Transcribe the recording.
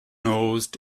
nosed